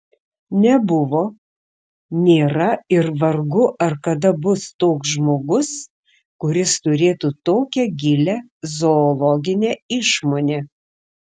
nebuvo nėra ir vargu ar kada bus toks žmogus kuris turėtų tokią gilią zoologinę išmonę